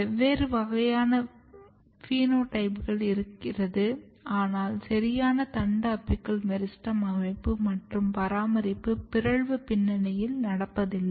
வெவ்வேறு வகையான பினோடைப்கள் இருக்கிறது ஆனால் சரியான தண்டு அபிக்கல் மெரிஸ்டெம் அமைப்பு மற்றும் பராமரிப்பு பிறழ்வு பின்னணியில் நடப்பதில்லை